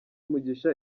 mugisha